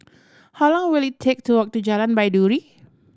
how long will it take to walk to Jalan Baiduri